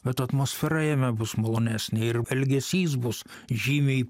bet atmosfera jame bus malonesnė ir elgesys bus žymiai